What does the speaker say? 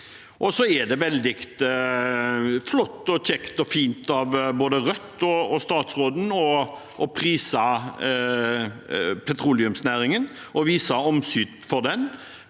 Det er veldig flott og kjekt og fint av både Rødt og statsråden å prise petroleumsnæringen og vise omsorg for den,